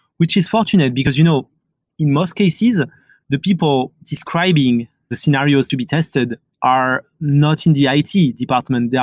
which is fortunate, because you know in most cases, and the people describing the scenarios to be tested are not in the it department. yeah